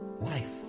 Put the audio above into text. life